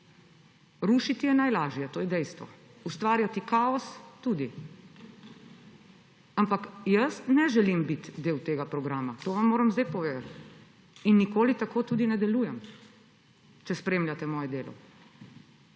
Rušiti je najlažje, to je dejstvo, ustvarjati kaos tudi, ampak jaz ne želim biti del tega programa. To vam moram zdaj povedati in nikoli tako ne delujem, če spremljate moje delo.